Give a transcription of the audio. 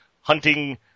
hunting